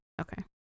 Okay